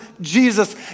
Jesus